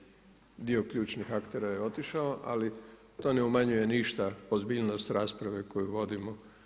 Dio ključnih aktera je otišao, ali to ne umanjuje ništa ozbiljnost rasprave koju vodimo.